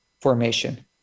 formation